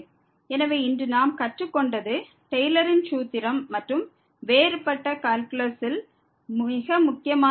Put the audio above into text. எனவே இன்று நாம் கற்றுக்கொண்டது டெய்லரின் சூத்திரம் மற்றும் வேறுபட்ட கால்குலஸில் மிக முக்கியமான தலைப்பு